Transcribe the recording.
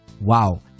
wow